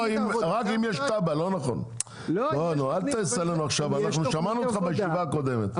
אתה אמרת בישיבה האחרונה,